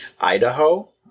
Idaho